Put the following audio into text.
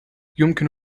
يمكن